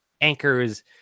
anchors